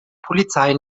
polizei